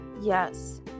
yes